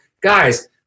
guys